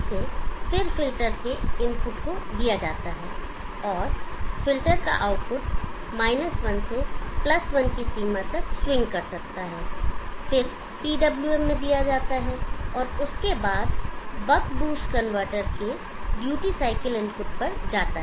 इसे फिर फिल्टर के इनपुट को दिया जाता है और फ़िल्टर का आउटपुट 1 से 1 की सीमा तक स्विंग कर सकता है फिर PWM में दिया जाता है और उसके बाद बक बूस्ट कनवर्टर के ड्यूटी साइकिल इनपुट पर जाता है